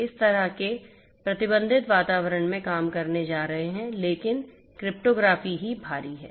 इस तरह के बाधा वातावरण में काम करने जा रहे हैं लेकिन क्रिप्टोग्राफी ही भारी है